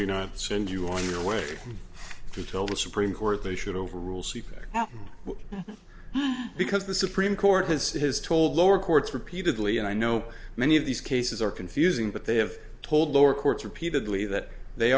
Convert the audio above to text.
we not send you on your way to tell the supreme court they should overrule seabeck because the supreme court has has told lower courts repeatedly and i know many of these cases are confusing but they have told lower courts repeatedly that they